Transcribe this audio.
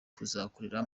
kuzakorera